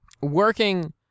working